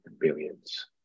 billions